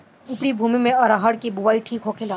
उपरी भूमी में अरहर के बुआई ठीक होखेला?